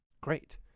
great